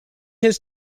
his